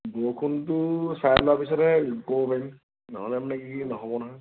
বৰষুণটো চাই লোৱাৰ পিছতহে ক'ব পাৰিম নহ'লে মানে কি নহ'ব নহয়